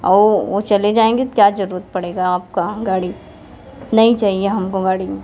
और वो चले जाएँगे तब क्या जरुरत पड़ेगा आपका गाड़ी नहीं चाहिए हमको गाड़ी